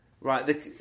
Right